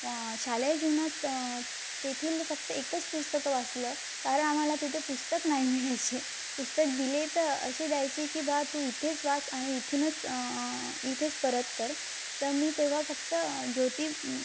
शालेय जीवनात तेथील फक्त एकच पुस्तकं वाचलं कारण आम्हाला तिथे पुस्तक नाही मिळायचे पुस्तक दिले तर असे द्यायचे की बावा तू इथेच वाच आणि इथूनच इथेच परत कर तर मी तेव्हा फक्त ज्योती